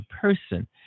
person